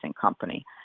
company